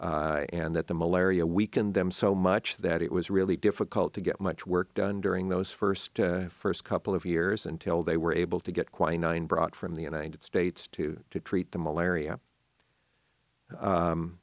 and that the malaria weakened them so much that it was really difficult to get much work done during those first first couple of years until they were able to get quinine brought from the united states to treat the malaria